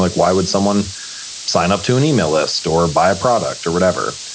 like why would someone sign up to an email list or buy a product or whatever?